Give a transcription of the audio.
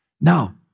Now